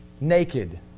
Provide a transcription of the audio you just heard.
Naked